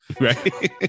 Right